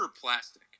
plastic